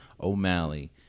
O'Malley